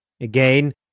Again